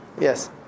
Yes